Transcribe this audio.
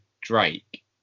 Drake